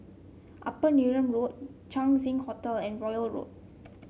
Upper Neram Road Chang Ziang Hotel and Royal Road